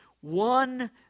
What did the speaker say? One